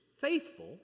faithful